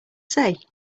say